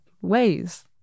ways